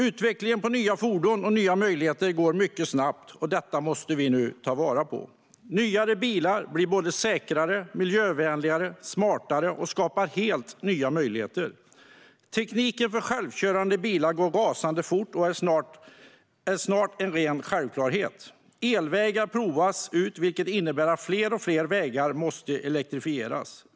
Utvecklingen av nya fordon och nya möjligheter går mycket snabbt, och detta måste vi nu ta vara på. Nyare bilar blir säkrare, miljövänligare och smartare och skapar helt nya möjligheter. Tekniken för självkörande bilar går rasande fort och är snart en ren självklarhet. Elvägar provas ut, vilket innebär att fler och fler vägar måste elektrifieras.